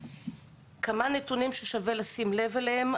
כמה נתונים ששווה לשים לב אליהם.